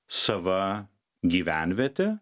sava gyvenvietė